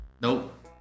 Nope